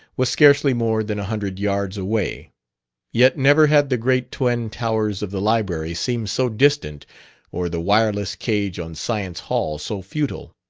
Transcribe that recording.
was scarcely more than a hundred yards away yet never had the great twin towers of the library seemed so distant or the wireless cage on science hall so futile